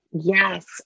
Yes